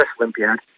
Olympiad